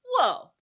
Whoa